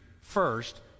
first